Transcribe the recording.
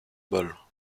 balles